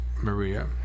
Maria